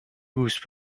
goose